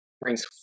brings